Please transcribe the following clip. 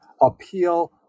appeal